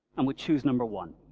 and we choose number one.